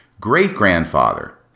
great-grandfather